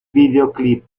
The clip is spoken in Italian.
videoclip